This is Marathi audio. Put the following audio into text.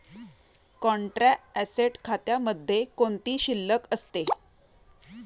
कॉन्ट्रा ऍसेट खात्यामध्ये कोणती शिल्लक असते?